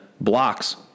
blocks